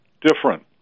Different